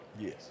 yes